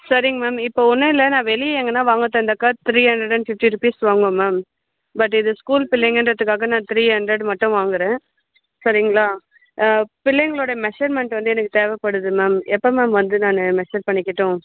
சரிங்க மேம் இப்போ ஒன்றும் இல்லை நான் வெளியே எங்கனால் வாங்கிறதா இருந்தாக்கா three hundred and fifty rupees வாங்குவேன் மேம் பட் இது ஸ்கூல் பிள்ளைங்கன்றத்துக்காக நான் த்ரீ ஹண்ட்ரட் மட்டும் வாங்குகிறேன் சரிங்களா பிள்ளைங்களோட மெஷர்மண்ட் வந்து எனக்கு தேவைப்படுது மேம் எப்போ மேம் வந்து நான் மெஷர் பண்ணிக்கட்டும்